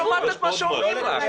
את לא שומעת את מה שאומרים לך.